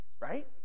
right